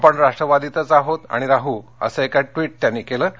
आपण राष्ट्रवादीतच आहोत आणि राहु असं एक ट्विट त्यांनी केलं आहे